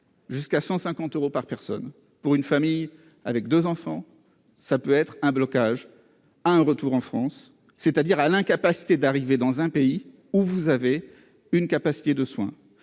jusqu'à 150 euros par personne pour une famille avec 2 enfants, ça peut être un blocage à un retour en France, c'est-à-dire à l'incapacité d'arriver dans un pays où vous avez une capacité de soins,